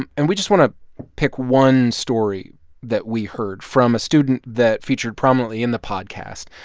and and we just want to pick one story that we heard from a student that featured prominently in the podcast.